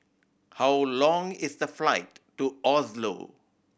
how long is the flight to Oslo